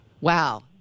Wow